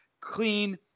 clean